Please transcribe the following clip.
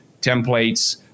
templates